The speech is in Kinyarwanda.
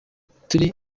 turi